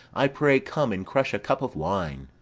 i pray come and crush a cup of wine.